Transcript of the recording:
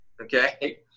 Okay